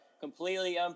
completely